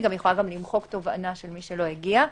יכולה גם למחוק תובענה של מי שלא הגיע.